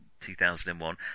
2001